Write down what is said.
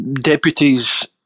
deputies